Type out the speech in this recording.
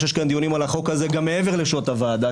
שיש כאן דיונים על החוק הזה גם מעבר לשעות הוועדה,